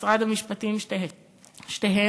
ממשרד המשפטים שתיהן.